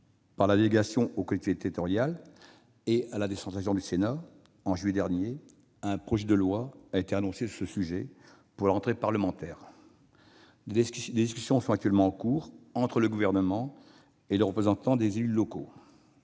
par la délégation aux collectivités territoriales et à la décentralisation du Sénat, un projet de loi a été annoncé sur ce sujet pour la rentrée parlementaire. Des discussions sont en cours entre le Gouvernement et les représentants des élus locaux.